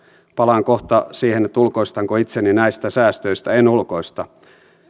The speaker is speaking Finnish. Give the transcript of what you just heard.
palaan kohta siihen ulkoistanko itseni näistä säästöistä en ulkoista